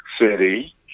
city